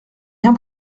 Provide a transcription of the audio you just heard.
rien